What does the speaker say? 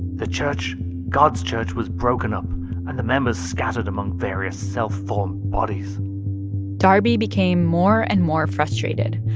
the church god's church was broken up and the members scattered among various self-formed bodies darby became more and more frustrated,